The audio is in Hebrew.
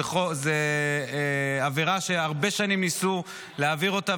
זו חקיקה שהרבה שנים ניסו להעביר אותה,